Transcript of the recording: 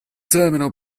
terminal